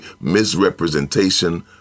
misrepresentation